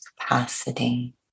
capacity